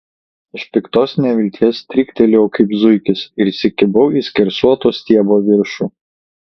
iš piktos nevilties stryktelėjau kaip zuikis ir įsikibau į skersuoto stiebo viršų